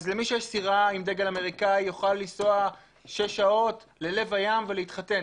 אז למי שיש סירה עם דגל אמריקאי הוא יוכל לנסוע שש שעות ללב הים להתחתן,